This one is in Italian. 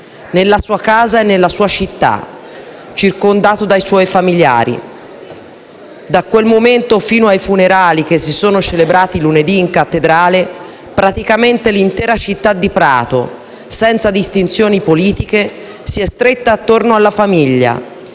nella sua casa e nella sua città, circondato dai suoi familiari. Da quel momento fino ai funerali, che si sono celebrati lunedì in cattedrale, praticamente l'intera città di Prato, senza distinzioni politiche, si è stretta attorno alla famiglia